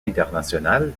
international